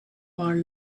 are